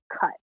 cut